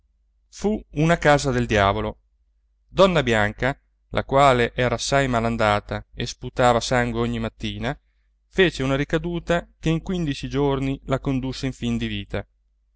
fu un casa del diavolo donna bianca la quale era assai malandata e sputava sangue ogni mattina fece una ricaduta che in quindici giorni la condusse in fin di vita